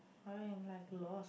I am like lost